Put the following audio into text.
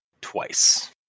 twice